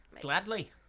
Gladly